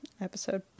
episode